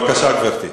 בבקשה, גברתי.